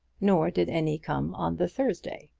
nor did any come on the thursday,